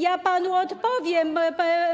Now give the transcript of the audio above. Ja panu odpowiem,